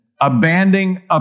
Abandoning